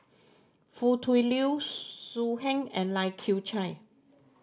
Foo Tui Liew So Heng and Lai Kew Chai